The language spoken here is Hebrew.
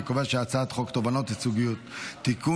אני קובע שהצעת חוק תובענות ייצוגיות (תיקון,